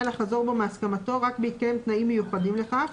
לחזור בו מהסכמתו רק בהתקיים תנאים מיוחדים לכך,